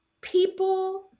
people